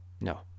no